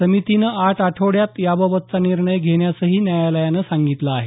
समितीनं आठ आठवड्यात याबाबतचा निर्णय घेण्यासही न्यायालयानं सांगितलं आहे